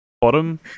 Bottom